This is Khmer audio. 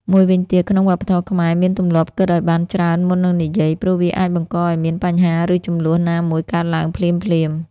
មួយវិញទៀត ក្នុងវប្បធម៌ខ្មែរមានទម្លាប់គិតឱ្យបានច្រើនមុននឹងនិយាយ ព្រោះវាអាចបង្កឱ្យមានបញ្ហាឫជម្លោះណាមួយកើតទ្បើងភ្លាមៗ។